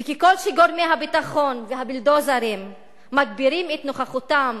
וככל שגורמי הביטחון והבולדוזרים מגבירים את נוכחותם